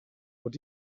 what